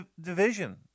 division